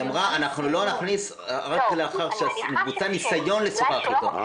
היא אמרה 'אנחנו לא נכניס רק לאחר שבוצע ניסיון לשוחח איתו'.